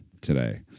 today